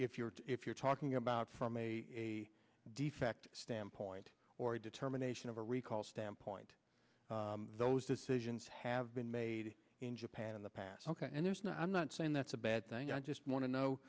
if you're if you're talking about from a defect standpoint or a determination of a recall standpoint those decisions have been made in japan in the past and there's no i'm not saying that's a bad thing i just want to know